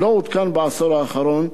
לא עודכן בעשור האחרון.